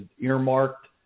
earmarked